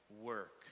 work